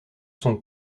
son